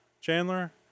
Chandler